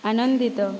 ଆନନ୍ଦିତ